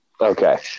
Okay